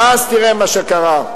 ואז, תראה מה שקרה.